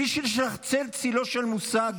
בלי שיש לך צל-צילו של מושג,